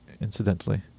incidentally